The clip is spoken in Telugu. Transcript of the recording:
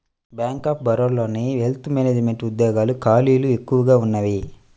బ్యేంక్ ఆఫ్ బరోడాలోని వెల్త్ మేనెజమెంట్ ఉద్యోగాల ఖాళీలు ఎక్కువగా ఉన్నయ్యి